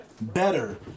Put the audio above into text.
better